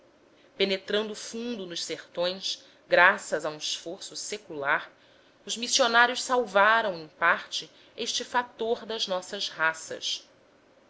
penetrando fundo nos sertões graças a um esforço secular os missionários salvaram em parte este favor das nossas raças